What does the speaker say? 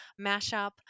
mashup